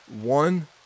One